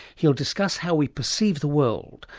he'll discuss how we perceive the world,